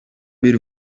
bir